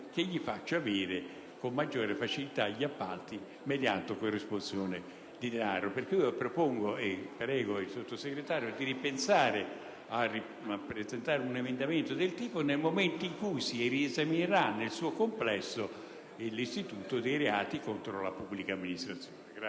che gli faccia avere con maggiore facilità gli appalti mediante corresponsione di denaro. Propongo, pertanto, e prego il sottosegretario Caliendo di ripensare alla presentazione di un emendamento di questo tipo nel momento in cui si riesaminerà nel suo complesso l'istituto dei reati contro la pubblica amministrazione.